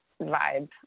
vibe